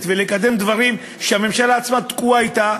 ולקדם דברים שהממשלה עצמה תקועה אתם,